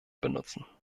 benutzen